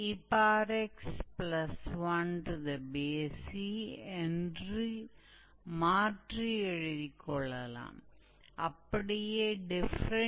उदाहरण 2 तो एक और उदाहरण यह है कर्व की लंबाई 𝑥 1 से 𝑥 2 तक ज्ञात करें